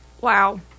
Wow